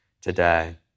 today